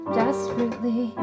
desperately